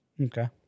Okay